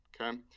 Okay